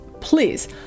please